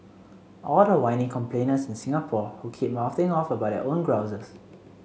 all the whiny complainers in Singapore who keep mouthing off about their own grouses